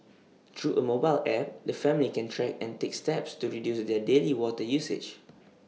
through A mobile app the family can track and take steps to reduce their daily water usage